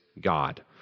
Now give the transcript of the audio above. God